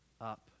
up